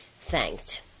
thanked